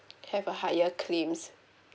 have a higher claims